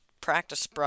practice